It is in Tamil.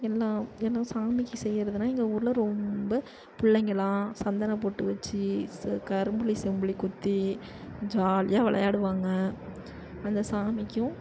எல்லாம் ஏன்னா சாமிக்கு செய்கிறதுனா எங்கள் ஊரில் ரொம்ப பிள்ளைங்கள்லாம் சந்தன பொட்டு வெச்சு ச கரும்புள்ளி செம்புள்ளி குத்தி ஜாலியாக விளையாடுவாங்க அந்த சாமிக்கும்